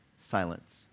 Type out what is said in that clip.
Silence